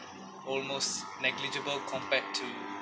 almost negligible compared to